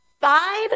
Five